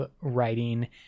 writing